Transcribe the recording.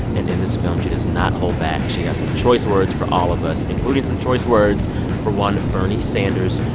and in this film, she does not hold back. she has some choice words for all of us, including some choice words for one bernie sanders.